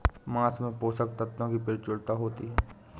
माँस में पोषक तत्त्वों की प्रचूरता होती है